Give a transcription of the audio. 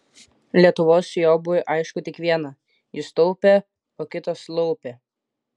lietuvos jobui aišku tik viena jis taupė o kitas laupė